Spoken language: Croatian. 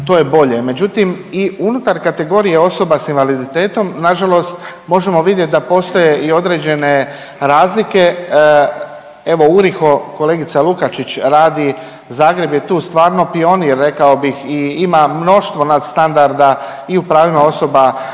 to je bolje, međutim i unutar kategorije osoba s invaliditetom nažalost možemo vidjet da postoje i određene razlike. Evo URIHO, kolegica Lukačić radi. Zagreb je tu stvarno pionir rekao bih i ima mnoštvo nadstandarda i u pravima osoba